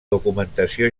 documentació